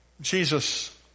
Jesus